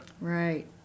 Right